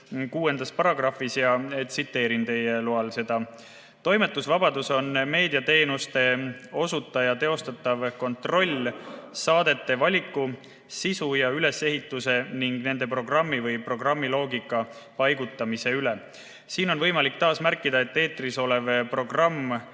seaduse §‑s 6. Tsiteerin seda teie loal. "Toimetusvastutus on meediateenuse osutaja teostatav kontroll saadete valiku, sisu ja ülesehituse ning nende programmi või programmikataloogi paigutamise üle." Siin on võimalik taas märkida, et eetris olev programm